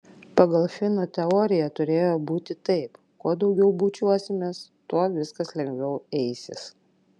pagal fino teoriją turėjo būti taip kuo daugiau bučiuosimės tuo viskas lengviau eisis